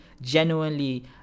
genuinely